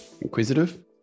inquisitive